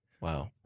Wow